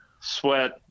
sweat